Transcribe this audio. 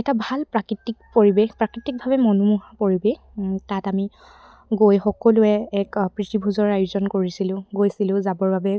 এটা ভাল প্ৰাকৃতিক পৰিৱেশ প্ৰাকৃতিকভাৱে মনোমোহা পৰিৱেশ তাত আমি গৈ সকলোৱে এক প্ৰীতিভোজৰ আয়োজন কৰিছিলোঁ গৈছিলোঁ যাবৰ বাবে